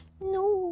no